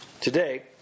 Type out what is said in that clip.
Today